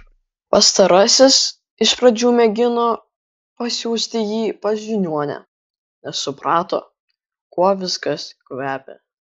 pastarasis iš pradžių mėgino pasiųsti jį pas žiniuonę nes suprato kuo viskas kvepia